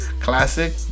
classic